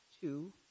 Two